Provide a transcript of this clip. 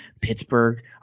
Pittsburgh